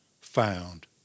found